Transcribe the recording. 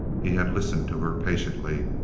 he had listened to her patiently,